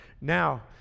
Now